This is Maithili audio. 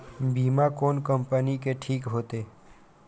बीमा कोन कम्पनी के ठीक होते?